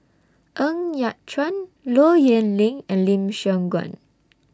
Ng Yat Chuan Low Yen Ling and Lim Siong Guan